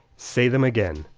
say them again.